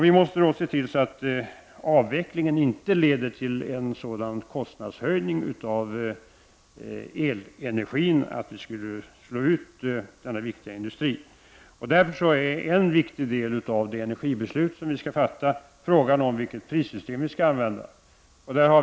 Vi måste se till så att avvecklingen inte leder till en sådan kostnadshöjning av elenergin att vi slår ut denna viktiga industri. Därför är frågan om vilket prissystem vi skall använda en viktig del av det energibeslut som vi skall fatta.